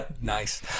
nice